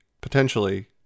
potentially